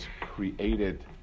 created